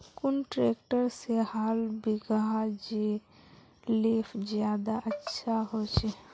कुन ट्रैक्टर से हाल बिगहा ले ज्यादा अच्छा होचए?